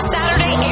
Saturday